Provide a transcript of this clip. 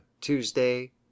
Tuesday